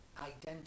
identity